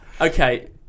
okay